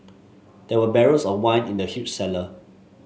there were barrels of wine in the huge cellar